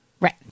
Right